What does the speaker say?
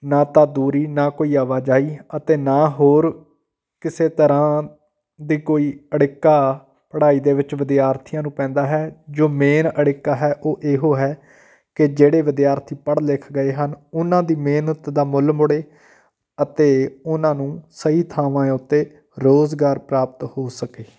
ਨਾ ਤਾਂ ਦੂਰੀ ਨਾ ਕੋਈ ਆਵਾਜਾਈ ਅਤੇ ਨਾ ਹੋਰ ਕਿਸੇ ਤਰ੍ਹਾਂ ਦੀ ਕੋਈ ਅੜਿੱਕਾ ਪੜ੍ਹਾਈ ਦੇ ਵਿੱਚ ਵਿਦਿਆਰਥੀਆਂ ਨੂੰ ਪੈਂਦਾ ਹੈ ਜੋ ਮੇਨ ਅੜਿੱਕਾ ਹੈ ਉਹ ਇਹੋ ਹੈ ਕਿ ਜਿਹੜੇ ਵਿਦਿਆਰਥੀ ਪੜ੍ਹ ਲਿਖ ਗਏ ਹਨ ਉਹਨਾਂ ਦੀ ਮਿਹਨਤ ਦਾ ਮੁੱਲ ਮੁੜੇ ਅਤੇ ਉਹਨਾਂ ਨੂੰ ਸਹੀ ਥਾਵਾਂ ਉੱਤੇ ਰੁਜ਼ਗਾਰ ਪ੍ਰਾਪਤ ਹੋ ਸਕੇ